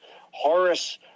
Horace